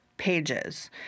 pages